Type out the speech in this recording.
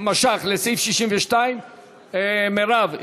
לסעיף 62. מרב,